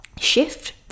shift